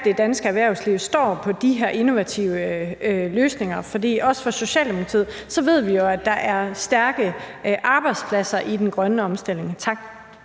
det danske erhvervsliv står på de her innovative løsninger, for også i Socialdemokratiet ved vi jo, at der er stærke arbejdspladser i den grønne omstilling. Tak.